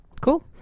Cool